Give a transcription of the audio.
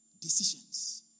Decisions